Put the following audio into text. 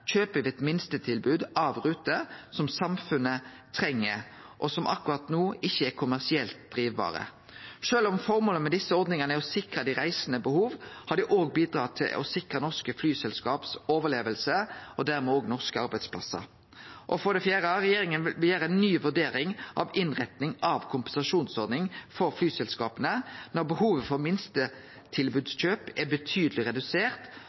kjøper me eit minstetilbod av ruter som samfunnet treng, og som akkurat no ikkje er kommersielt drivbare. Sjølv om formålet med desse ordningane er å sikre behova til dei reisande, har dei òg bidrege til å sikre overlevinga til norske flyselskap – og dermed òg til norske arbeidsplassar. Og for det fjerde: Regjeringa vil gjere ei ny vurdering av innretninga på ei kompensasjonsordning for flyselskapa når behovet for minstetilbodskjøp er betydeleg redusert,